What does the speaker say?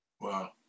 Wow